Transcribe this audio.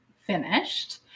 finished